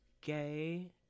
gay